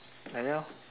like that lor